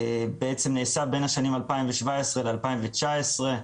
בעצם בין השנים 2017 ל-2019.